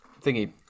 thingy